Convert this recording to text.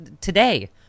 today